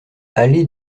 allée